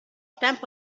tempo